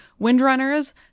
Windrunners